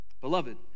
Beloved